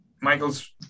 Michael's